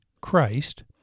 Christ